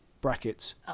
brackets